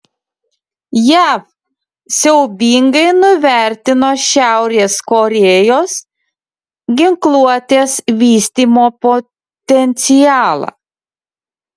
jav siaubingai nuvertino šiaurės korėjos ginkluotės vystymo potencialą